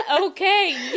Okay